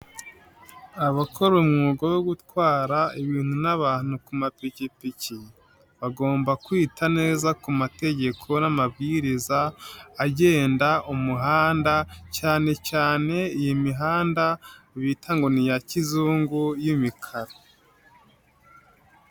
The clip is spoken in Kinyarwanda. Abakora umwuga wo gutwara ibintu n'abantu ku mapikipiki bagomba kwita neza ku mategeko n'amabwiriza agenda umuhanda cyane cyane iyi mihanda bita ngo ni iya kizungu y'imikara.